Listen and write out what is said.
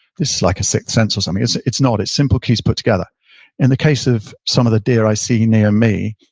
this is like a sixth sense or something. it's it's not. it's simple keys put together in the case of some of the deer i see near me,